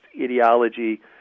ideology